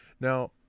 Now